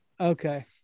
Okay